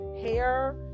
hair